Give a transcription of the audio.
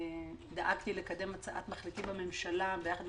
דאגתי לקדם הצעת מחליטים בממשלה ביחד עם